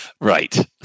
Right